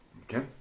Okay